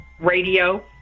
radio